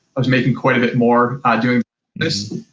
i was making quite a bit more doing this,